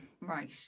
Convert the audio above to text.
Right